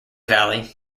valley